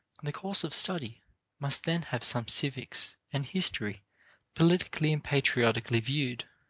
the course of study must then have some civics and history politically and patriotically viewed